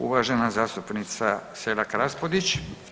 Uvažena zastupnica Selak Raspudić.